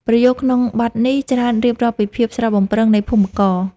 ប្រយោគក្នុងបទនេះច្រើនរៀបរាប់ពីភាពស្រស់បំព្រងនៃភូមិករ។